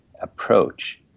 approach